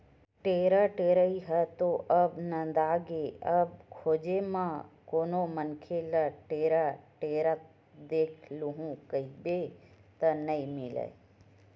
टेंड़ा टेड़ई ह तो अब नंदागे अब खोजे म कोनो मनखे ल टेंड़ा टेंड़त देख लूहूँ कहिबे त नइ मिलय